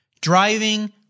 driving